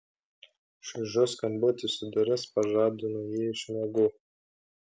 čaižus skambutis į duris pažadino jį iš miegų